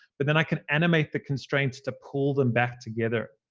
but then i can animate the constraints to pull them back together.